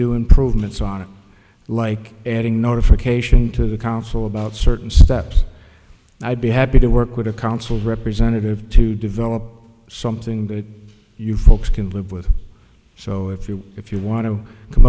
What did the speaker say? do improvements on it like adding notification to the council about certain steps i'd be happy to work with a council representative to develop something that you folks can live with so if you if you want to come